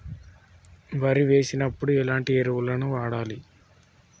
వరి వేసినప్పుడు ఎలాంటి ఎరువులను వాడాలి?